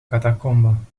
catacomben